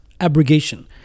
abrogation